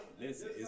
listen